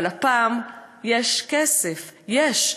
אבל הפעם יש כסף, יש.